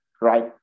right